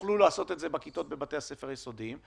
יהיו בכיתות בבתי הספר היסודיים?